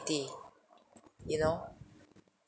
you know